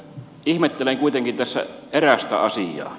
ihmettelen kuitenkin tässä erästä asiaa